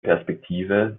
perspektive